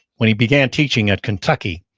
when he began teaching at kentucky,